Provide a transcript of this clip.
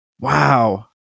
wow